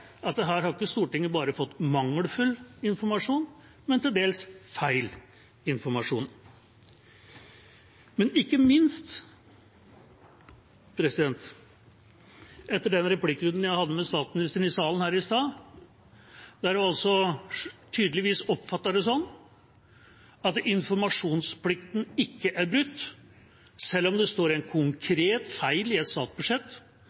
at her har Stortinget ikke bare fått mangelfull informasjon, men til dels feil informasjon – ikke minst etter den replikkrunden jeg hadde med statsministeren her i salen i stad, der hun tydeligvis oppfatter det sånn at informasjonsplikten ikke er brutt, selv om det står en konkret feil i et statsbudsjett,